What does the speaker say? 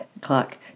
clock